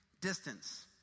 distance